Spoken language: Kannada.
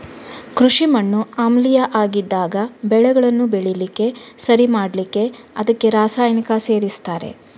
ಕೃಷಿ ಮಣ್ಣು ಆಮ್ಲೀಯ ಆಗಿದ್ದಾಗ ಬೆಳೆಗಳನ್ನ ಬೆಳೀಲಿಕ್ಕೆ ಸರಿ ಮಾಡ್ಲಿಕ್ಕೆ ಅದಕ್ಕೆ ರಾಸಾಯನಿಕ ಸೇರಿಸ್ತಾರೆ